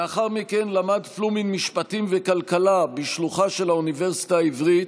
לאחר מכן למד פלומין משפטים וכלכלה בשלוחה של האוניברסיטה העברית,